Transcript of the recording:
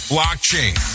Blockchain